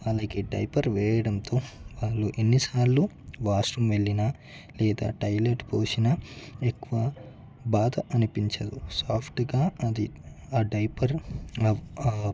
వాళ్ళకి డైపర్ వేయడంతో వాళ్ళు ఎన్నిసార్లు వాష్రూమ్ వెళ్ళినా లేదా టాయిలెట్ పోసినా ఎక్కువ బాధ అనిపించదు సాఫ్ట్గా అది ఆ డైపర్